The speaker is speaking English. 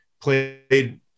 Played